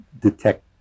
detect